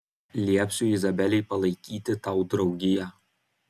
liepsiu izabelei palaikyti tau draugiją